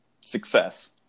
success